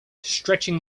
stretching